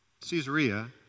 Caesarea